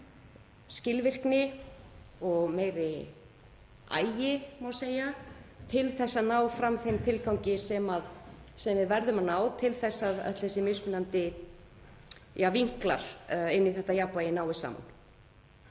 skilvirkni og meiri agi, má segja, til að ná fram þeim tilgangi sem við verðum að ná til þess að allir þessir mismunandi vinklar inn í þetta jafnvægi náist saman.